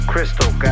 Crystal